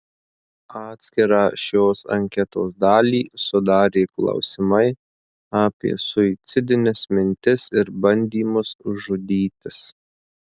atskirą šios anketos dalį sudarė klausimai apie suicidines mintis ir bandymus žudytis